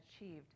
achieved